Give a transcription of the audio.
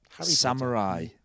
samurai